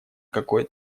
какой